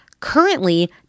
Currently